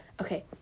Okay